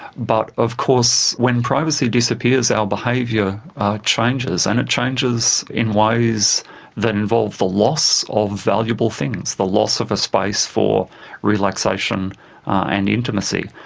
but of course when privacy disappears, our behaviour changes, and it changes in ways that involve the loss of valuable things, the loss of a space for relaxation and intimacy.